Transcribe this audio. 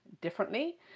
differently